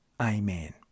Amen